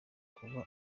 kuba